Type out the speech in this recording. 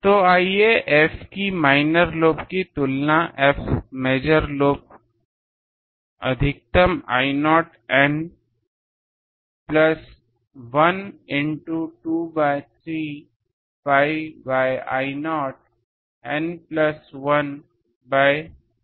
तो आइए F की माइनर लोब की तुलना F मेजर लोब अधिकतम I0 N plus 1 into 2 by 3 pi by I0 N plus 1 by 3 pi करें